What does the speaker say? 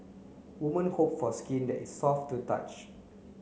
women hope for skin that it's soft to touch